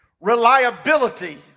reliability